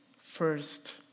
first